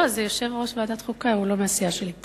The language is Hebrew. יושב-ראש ועדת החוקה לא מהסיעה שלי.